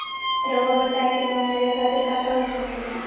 रउआ बताई की लोन लेवे खातिर काका हो सके ला?